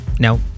Now